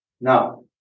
Now